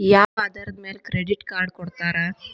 ಯಾವ ಆಧಾರದ ಮ್ಯಾಲೆ ಕ್ರೆಡಿಟ್ ಕಾರ್ಡ್ ಕೊಡ್ತಾರ?